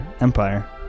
Empire